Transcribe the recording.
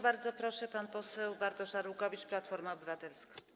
Bardzo proszę, pan poseł Bartosz Arłukowicz, Platforma Obywatelska.